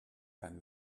than